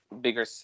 bigger